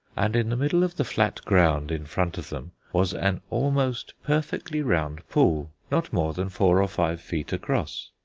and in the middle of the flat ground in front of them was an almost perfectly round pool, not more than four or five feet across.